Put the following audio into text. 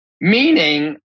Meaning